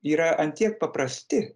yra ant tiek paprasti